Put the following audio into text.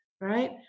right